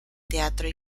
teatro